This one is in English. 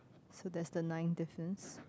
so that's the ninth difference